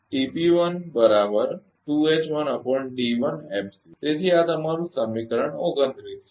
તેથી આ તમારું સમીકરણ 29 છે